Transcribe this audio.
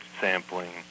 sampling